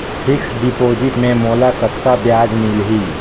Fixed deposit मे मोला कतका ब्याज मिलही?